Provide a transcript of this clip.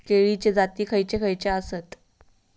केळीचे जाती खयचे खयचे आसत?